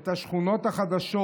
את השכונות החדשות,